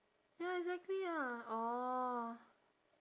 ya exactly lah orh